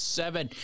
seven